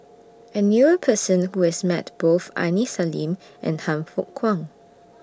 I knew A Person Who has Met Both Aini Salim and Han Fook Kwang